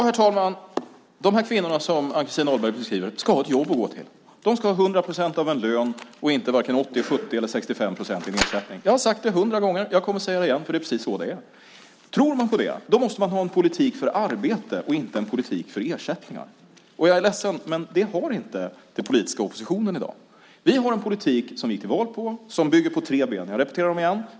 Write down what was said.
Herr talman! De kvinnor som Ann-Christin Ahlberg beskriver ska ha ett jobb att gå till. De ska ha 100 procent av en lön och inte vare sig 80, 70 eller 65 procent i ersättning. Jag har sagt det hundra gånger, och jag kommer att säga det igen, för det är precis så det är. Tror man på det måste man ha en politik för arbete och inte en politik för ersättningar. Jag är ledsen, men det har inte den politiska oppositionen i dag. Vi har en politik som vi gick till val på. Den bygger på tre ben. Jag repeterar det igen.